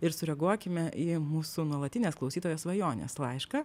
ir sureaguokime į mūsų nuolatinės klausytojos svajonės laišką